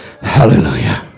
Hallelujah